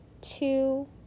two